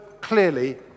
clearly